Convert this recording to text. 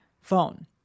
phone